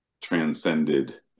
transcended